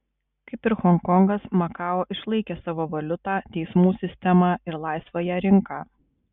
kaip ir honkongas makao išlaikė savo valiutą teismų sistemą ir laisvąją rinką